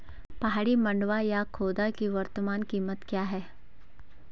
पहाड़ी मंडुवा या खोदा की वर्तमान कीमत क्या है?